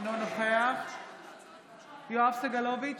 אינו נוכח יואב סגלוביץ'